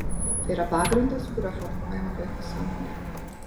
tai yra pagrindas kuriuo formuojama vaiko sąmonė